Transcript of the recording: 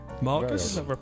Marcus